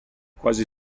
quasi